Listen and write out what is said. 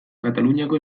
kataluniako